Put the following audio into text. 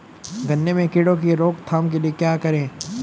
गन्ने में कीड़ों की रोक थाम के लिये क्या करें?